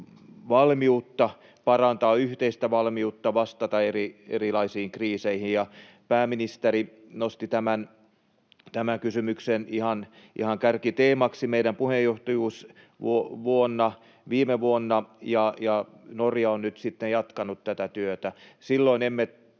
voimme parantaa yhteistä valmiutta vastata erilaisiin kriiseihin. Pääministeri nosti tämän kysymykseen ihan kärkiteemaksi meidän puheenjohtajuusvuonna viime vuonna, ja Norja on nyt sitten jatkanut tätä työtä.